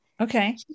okay